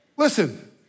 Listen